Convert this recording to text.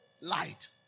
Light